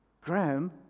Graham